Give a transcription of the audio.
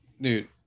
Dude